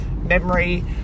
memory